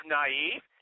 naive